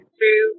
two